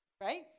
right